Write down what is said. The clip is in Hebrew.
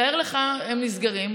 תאר לך שהם נסגרים,